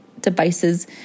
devices